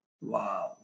Wow